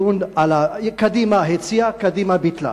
קדימה הציעה, קדימה ביטלה.